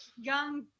young